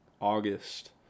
August